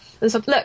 Look